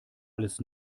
alles